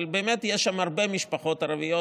באמת יש שם הרבה משפחות ערביות,